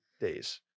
days